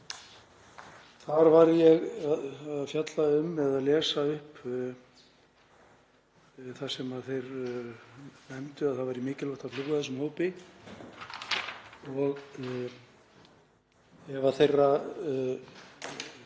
Þar var ég að fjalla um eða lesa upp það sem þeir nefndu, að það væri mikilvægt að hlúa að þessum hópi